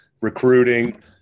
recruiting